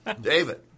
David